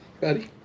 buddy